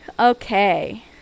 Okay